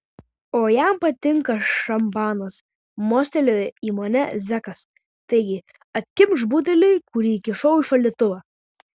o jam patinka šampanas mostelėjo į mane zekas taigi atkimšk butelį kurį įkišau į šaldytuvą